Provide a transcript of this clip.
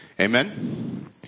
Amen